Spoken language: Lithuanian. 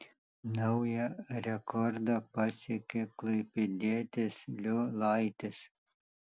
naują rekordą pasiekė klaipėdietis liulaitis